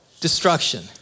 destruction